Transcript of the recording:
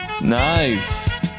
nice